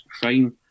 fine